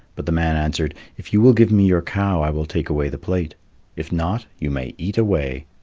but the man answered, if you will give me your cow, i will take away the plate if not, you may eat away.